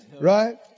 Right